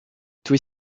thuit